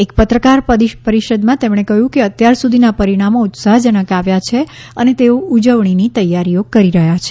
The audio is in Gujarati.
એક પત્રકાર પરિષદમાં તેમણે કહ્યું કે અત્યાર સુધીના પરિણામો ઉત્સાહજનક આવ્યા છે અને તેઓ ઉજવણીની તૈયારીઓ કરી રહ્યા છે